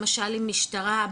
למשל עם משטרה,